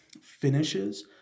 finishes